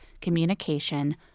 communication